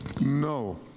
No